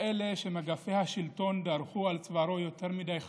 שמגפי השלטון דרכו על צווארו יותר מדי חזק,